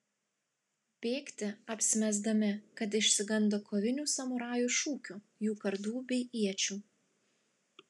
bėgti apsimesdami kad išsigando kovinių samurajų šūkių jų kardų bei iečių